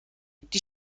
die